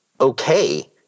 okay